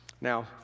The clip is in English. Now